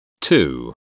Two